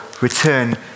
return